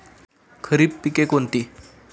खरीप पिके कोणती?